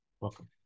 Welcome